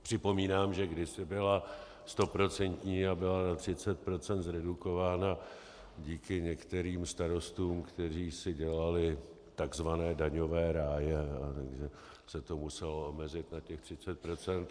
Připomínám, že kdysi byla stoprocentní a byla na 30 procent zredukována díky některým starostům, kteří si dělali takzvané daňové ráje, takže se to muselo omezit na těch 30 procent.